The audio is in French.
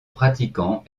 pratiquants